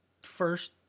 first